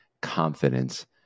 confidence